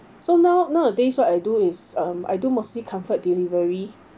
so now nowadays what I do is um I do mostly comfort delivery